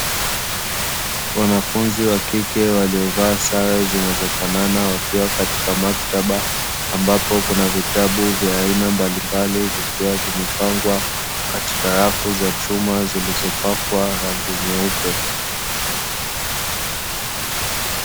Wanafunzi wa kike waliyovaa sare zinazofanana, wakiwa katika maktaba ambapo kuna vitabu vya aina mbalimbali, vikiwa vimepangwa katika rafu za chuma zilizopakwa rangi nyeupe.